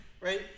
right